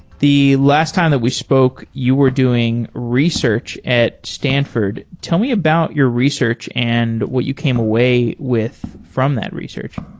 the last time that we spoke, you were doing research at stanford. tell me about your research and what you came away with from that research.